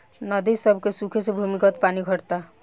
नदी सभ के सुखे से भूमिगत पानी घटता